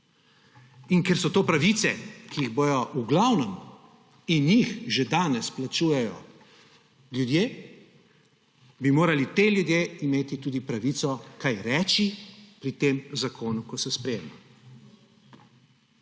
In ker so to pravice, ki jih bo bodo v glavnem plačevali, in jih že danes plačujejo, ljudje, bi morali ti ljudje imeti tudi pravico kaj reči pri tem zakonu, ko se sprejema.